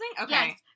Okay